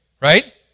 right